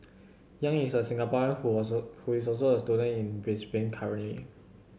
Yang is a Singaporean who also who is also a student in Brisbane currently